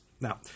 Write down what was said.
Now